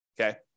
Okay